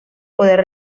poder